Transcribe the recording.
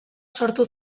sortu